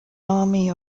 army